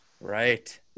Right